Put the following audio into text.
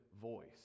voice